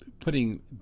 putting